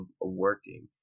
Working